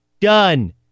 done